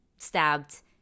stabbed